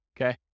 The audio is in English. okay